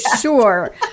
sure